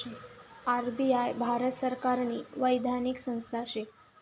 RBI Bharat सरकारनी वैधानिक संस्था शे